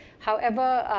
however,